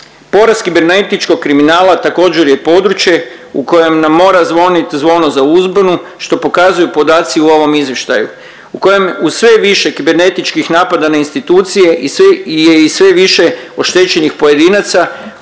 Porast kibernetičkog kriminala također je područje u kojem nam mora zvonit zvono za uzbunu što pokazuju podaci u ovom Izvještaju u kojem uz sve više kibernetičkih napada na institucije i sve više oštećenih pojedinaca